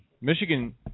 Michigan